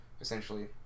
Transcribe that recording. essentially